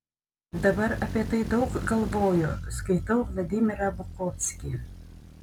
dabar apie tai daug galvoju skaitau vladimirą bukovskį